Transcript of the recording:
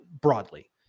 broadly